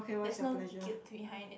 there's no guilt behind it